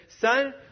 son